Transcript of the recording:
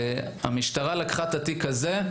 המשטרה לקחה את התיק הזה,